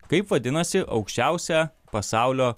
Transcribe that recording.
kaip vadinasi aukščiausia pasaulio